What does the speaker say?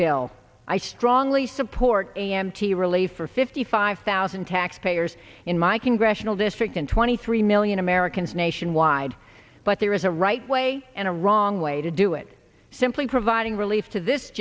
bill i strongly support a m t relief for fifty five thousand taxpayers in my congressional district and twenty three million americans nationwide but there is a right way and a wrong way to do it simply providing relief to this